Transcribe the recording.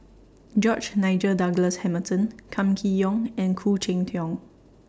George Nigel Douglas Hamilton Kam Kee Yong and Khoo Cheng Tiong